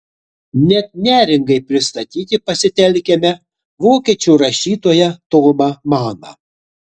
net neringai pristatyti pasitelkiame vokiečių rašytoją tomą maną